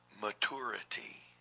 maturity